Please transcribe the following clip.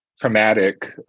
traumatic